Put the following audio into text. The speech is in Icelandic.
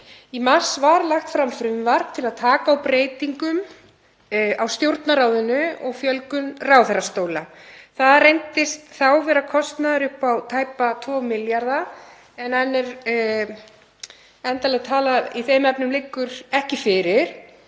Í mars var lagt fram frumvarp til að taka á breytingum á Stjórnarráðinu og fjölgun ráðherrastóla. Það reyndist þá vera kostnaður upp á tæpa 2 milljarða en endanleg tala í þeim efnum liggur ekki fyrir.